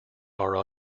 are